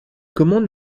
commande